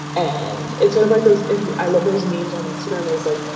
and it's sort of like those i love those means on instagram. those like,